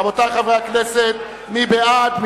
רבותי חברי הכנסת, מי בעד?